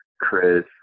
Chris